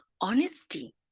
honesty